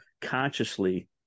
consciously